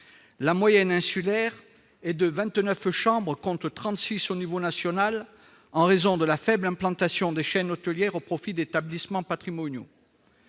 La moyenne insulaire est de vingt-neuf chambres, contre trente-six à l'échelon national, en raison de la faible implantation des chaînes hôtelières au profit d'établissements patrimoniaux.